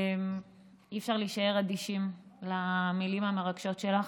אי-אפשר להישאר אדישים למילים המרגשות שלך.